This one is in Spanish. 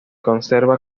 conserva